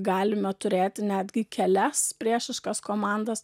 galime turėti netgi kelias priešiškas komandas